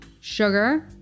Sugar